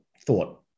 thought